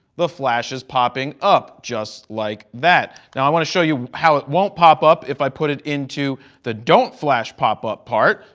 the flash is popping up just like that. now, i want to show you how it won't pop up if i put it into the don't flash pop up part.